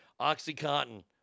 Oxycontin